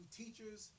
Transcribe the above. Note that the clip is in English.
teachers